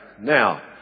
Now